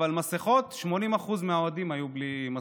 אבל מסכות, 80% מהאוהדים היו בלי מסכות.